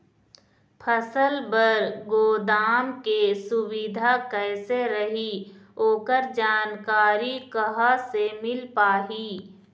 फसल बर गोदाम के सुविधा कैसे रही ओकर जानकारी कहा से मिल पाही?